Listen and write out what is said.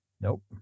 Nope